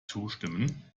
zustimmen